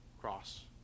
cross